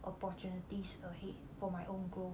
opportunities ahead for my own goal